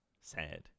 Sad